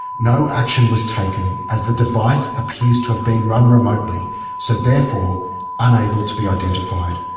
no action was taken as the device appears to have been run remotely so therefore unable to be identified.